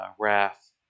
Wrath